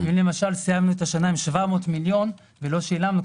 אם סיימנו את השנה עם 700 מיליון שקל ולא שילמנו,